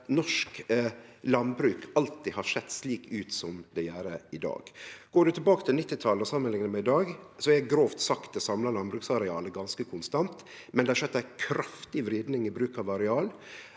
norsk landbruk alltid har sett ut slik som det gjer i dag. Går ein tilbake til 1990-talet og samanliknar med i dag, er grovt sagt det samla landbruksarealet ganske konstant, men det har skjedd ei kraftig vriding i bruk av areal.